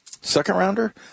Second-rounder